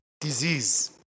disease